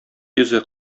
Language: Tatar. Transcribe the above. йөзе